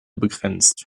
begrenzt